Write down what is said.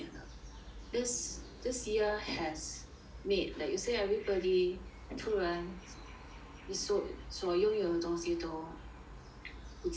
this this year has made that you say everybody 突然你所所拥有的东西都不见掉